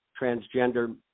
transgender